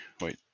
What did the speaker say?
Wait